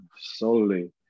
solely